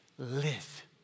Live